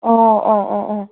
ꯑꯣ ꯑꯣ ꯑꯣ ꯑꯣ